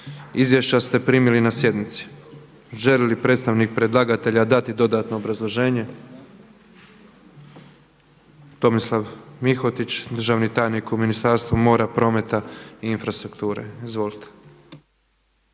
Izvješća ste primili na sjednici. Želi li predstavnik predlagatelja dati dodatno obrazloženje? Tomislav Mihotić, državni tajnik u Ministarstvu mora, prometa i infrastrukture. Izvolite.